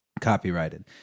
copyrighted